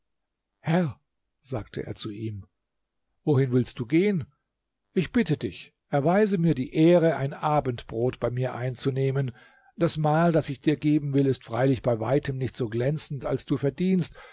herr sagte er zu ihm wohin willst du gehen ich bitte dich erweise mir die ehre ein abendbrot bei mir einzunehmen das mahl das ich dir geben will ist freilich bei weitem nicht so glänzend als du verdienst